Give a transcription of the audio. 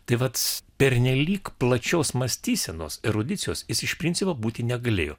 tai vat pernelyg plačios mąstysenos erudicijos jis iš principo būti negalėjo